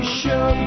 show